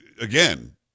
Again